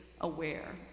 aware